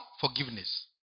forgiveness